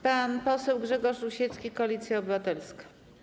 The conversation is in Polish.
Pan poseł Grzegorz Rusiecki, Koalicja Obywatelska.